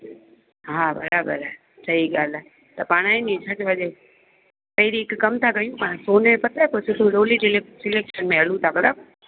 हा बराबरि आहे सही ॻाल्हि आहे त पाण आहे न पहिरीं हिकु कमु था कयूं पाण सोन जो पताये पोइ हलूं था बराबरि